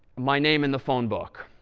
my name in the phone book?